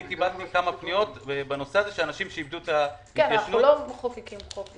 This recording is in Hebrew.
יש, למשל, בביטוח צד ג' 12% שולמו תוך 4 שנים.